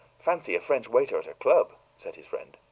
fancy a french waiter at a club, said his friend.